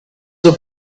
have